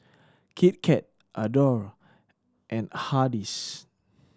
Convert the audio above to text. Kit Kat Adore and Hardy's